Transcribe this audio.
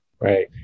Right